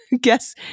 Guess